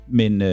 men